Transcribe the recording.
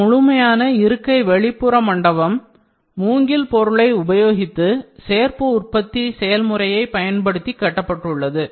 இந்த முழுமையான இருக்கை வெளிப்புற மண்டபம் மூங்கில் பொருளைப் உபயோகித்து சேர்ப்பு உற்பத்தி செயல்முறையைப் பயன்படுத்தி கட்டப்பட்டுள்ளது